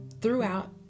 throughout